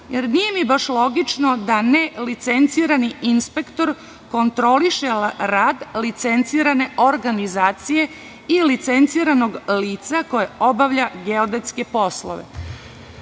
mi nije baš logično da nelicencirani inspektor kontroliše rad licencirane organizacije i licenciranog lica koje obavlja geodetske poslove. Srpska